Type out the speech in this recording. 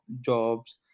jobs